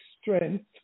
strength